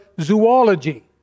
zoology